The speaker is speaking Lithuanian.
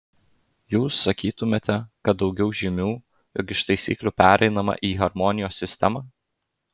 jūs sakytumėte kad daugiau žymių jog iš taisyklių pereinama į harmonijos sistemą